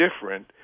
different